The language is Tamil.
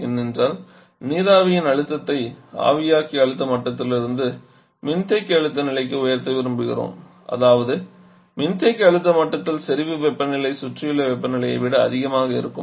ஏனென்றால் நீராவியின் அழுத்தத்தை ஆவியாக்கி அழுத்த மட்டத்திலிருந்து மின்தேக்கி அழுத்த நிலைக்கு உயர்த்த விரும்புகிறோம் அதாவது மின்தேக்கி அழுத்த மட்டத்தில் செறிவு வெப்பநிலை சுற்றியுள்ள வெப்பநிலையை விட அதிகமாக இருக்கும்